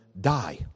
die